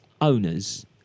owners